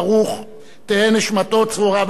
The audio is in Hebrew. תהא נשמתו צרורה בצרור החיים.